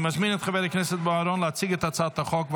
אני מזמין את חבר הכנסת בוארון להציג את הצעת החוק.